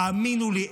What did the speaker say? האמינו לי,